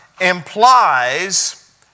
implies